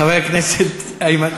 חבר הכנסת איימן